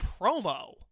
promo